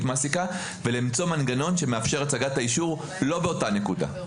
מעסיקה אותה ולמצוא מנגנון שמאפשר הצגת האישור לא באותה נקודה.